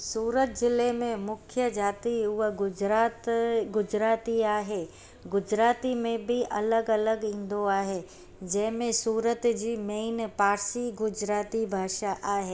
सूरत जिले में मुख्य जाती उहो गुजरात गुजराती आहे गुजराती में बि अलॻि अलॻि ईंदो आहे जंहिंमें सूरत जी मेन पारसी गुजराती भाषा आहे